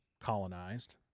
colonized